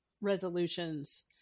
resolutions